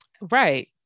Right